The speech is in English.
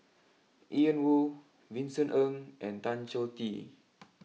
Ian Woo Vincent Ng and Tan Choh Tee